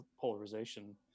polarization